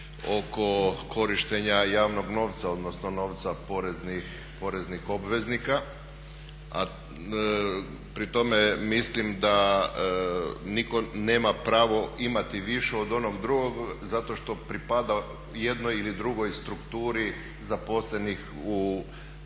oko korištenja javnog novca, odnosno novca poreznih obveznika. Pri tome mislim da nitko nema pravo imati više od onog drugog zato što pripada jednoj ili drugoj strukturi zaposlenih u, najšire